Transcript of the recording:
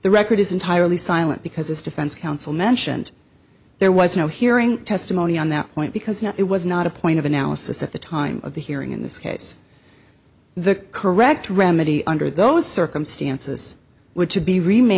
the record is entirely silent because his defense counsel mentioned there was no hearing testimony on that point because it was not a point of analysis at the time of the hearing in this case the correct remedy under those circumstances would to be remain